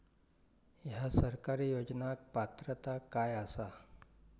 हया सरकारी योजनाक पात्रता काय आसा?